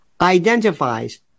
identifies